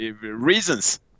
reasons